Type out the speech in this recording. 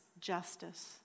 justice